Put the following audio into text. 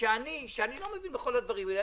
שאני שאני לא מבין בכל הדברים האלה.